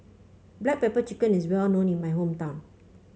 Black Pepper Chicken is well known in my hometown